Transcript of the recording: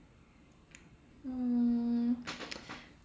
mm